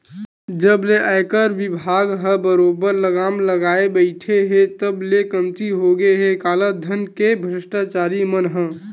जब ले आयकर बिभाग ह बरोबर लगाम लगाए बइठे हे तब ले कमती होगे हे कालाधन के भस्टाचारी मन ह